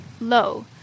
low